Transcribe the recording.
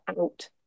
out